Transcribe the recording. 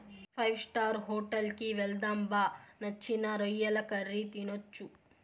five star hotel కి వెళ్దాం బా నచ్చిన రొయ్యల కర్రీ తినొచ్చు